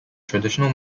traditional